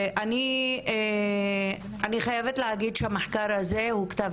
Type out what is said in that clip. אני חייבת להגיד שהמחקר הזה הוא כתב